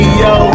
yo